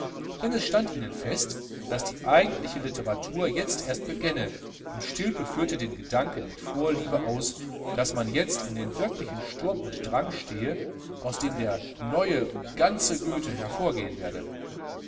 denn es stand ihnen fest daß die eigentliche litteratur jetzt erst begänne und stilpe führte den gedanken mit vorliebe aus daß man jetzt in dem wirklichen sturm und drang stehe ans dem der neue und ganze goethe hervorgehen werde